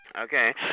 Okay